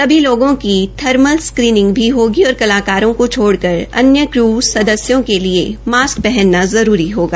सभी लोगों की थर्मल स्क्रीनिंग भी होगी और कलाकारों की छोड़कर अन्रू क्रयू सदस्यों के लिए मासक पहनना जरूरी होगा